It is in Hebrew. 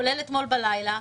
כולל אתמול בלילה,